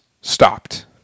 stopped